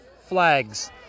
flags